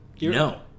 No